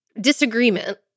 disagreement